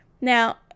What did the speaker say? Now